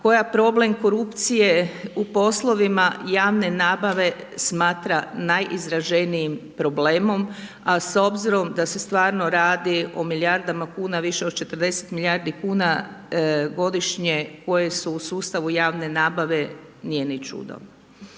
koja problem korupcije u poslovima javne nabave smatra najizraženijim problemom, a s obzirom da se stvarno radi o milijardama kuna, više od 40 milijardi kuna godišnje koje su u sustavu javne nabave, nije ni čudo.